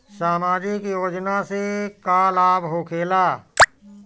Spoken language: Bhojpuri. समाजिक योजना से का लाभ होखेला?